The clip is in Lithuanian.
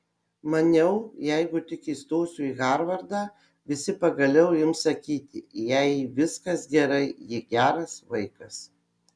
maniau jeigu tik įstosiu į harvardą visi pagaliau ims sakyti jai viskas gerai ji geras vaikas